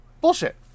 bullshit